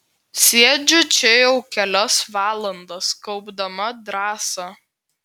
sėdžiu čia jau kelias valandas kaupdama drąsą